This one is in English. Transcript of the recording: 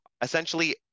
Essentially